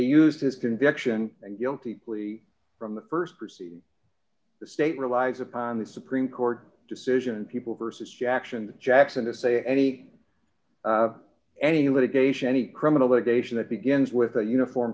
used his conviction and guilty plea from the st proceeding the state relies upon the supreme court decision people versus jackson jackson to say any any litigation any criminal litigation that begins with a uniform